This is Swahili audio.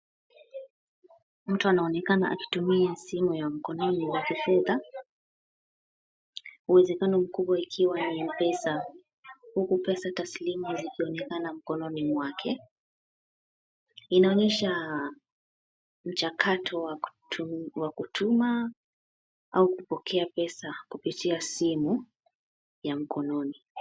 Mtu anaonekana akitumia simu ya mkononi ya kifedha. Uwezekano mkubwa ikiwa ni M-Pesa. Huku pesa taslimu zikionekana mkononi mwake. Inaonyesha mchakato wa kutuma au kupokea pesa kupitia simu ya mkononi.